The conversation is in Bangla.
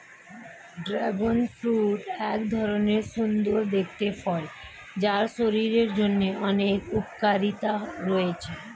ড্রাগন ফ্রূট্ এক ধরণের সুন্দর দেখতে ফল যার শরীরের জন্য অনেক উপকারিতা রয়েছে